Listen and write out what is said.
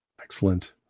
Excellent